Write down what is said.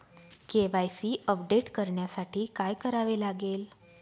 KYC update करण्यासाठी काय करावे लागेल?